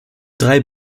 drei